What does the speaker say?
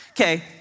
okay